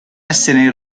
essere